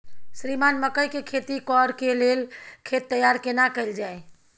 श्रीमान मकई के खेती कॉर के लेल खेत तैयार केना कैल जाए?